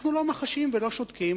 אנחנו לא מחשים ולא שותקים.